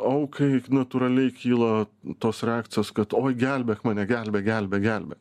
aukai natūraliai kyla tos reakcijos kad oi gelbėk mane gelbėk gelbėk gelbėk